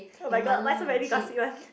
oh-my-god why so many gossip one